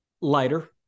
lighter